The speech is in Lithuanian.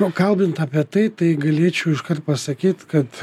nu kalbant apie tai tai galėčiau iškart pasakyt kad